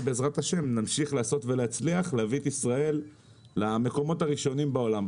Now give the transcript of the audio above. ובעזרת השם נמשיך לעשות ולהצליח להביא את ישראל למקומות הראשונים בעולם,